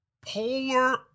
polar